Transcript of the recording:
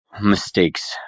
mistakes